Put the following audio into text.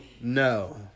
No